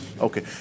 Okay